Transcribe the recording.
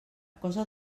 cosa